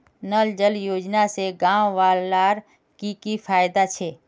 नल जल योजना से गाँव वालार की की फायदा छे?